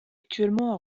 actuellement